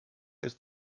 ist